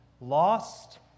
lost